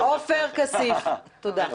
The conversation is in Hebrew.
מיקי זוהר, עופר כסיף, תודה.